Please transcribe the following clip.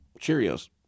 Cheerios